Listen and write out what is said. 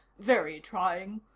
very trying.